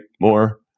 more